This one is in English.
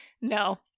no